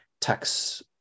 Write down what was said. tax